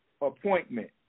appointment